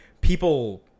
people